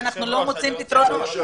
ואנחנו לא מוצאים פתרונות.